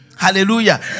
Hallelujah